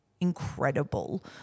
incredible